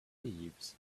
thieves